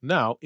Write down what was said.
Now